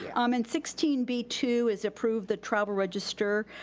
yeah um and sixteen b two is approve the travel register